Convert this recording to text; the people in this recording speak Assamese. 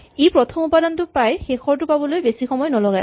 ই প্ৰথম উপাদানটো পায় শেষৰটো পাবলৈ বেছি সময় নলগায়